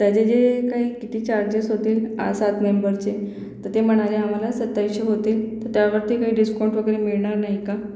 त्याचे जे काही किती चार्जेस होतील आ सात मेंबरचे तर ते म्हणाले आम्हाला सत्तावीसशे होतील तर त्यावरती काही डिस्कॉउंट वगैरे मिळणार नाही का